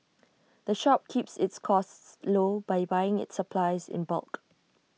the shop keeps its costs low by buying its supplies in bulk